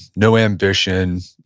no ambition,